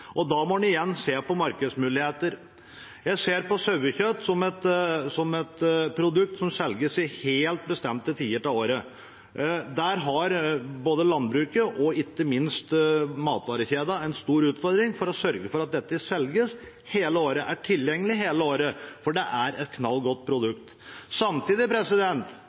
produserer. Da må en igjen se på markedsmuligheter. Jeg ser på sauekjøtt som et produkt som selges på helt bestemte tider av året. Både landbruket og ikke minst matvarekjedene har en stor utfordring i å sørge for at dette selges hele året, er tilgjengelig hele året, for det er et knallgodt produkt. Samtidig